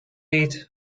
eat